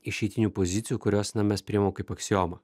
išeitinių pozicijų kurios na mes priimam kaip aksiomą